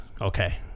Okay